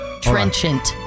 Trenchant